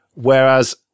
Whereas